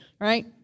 right